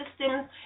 systems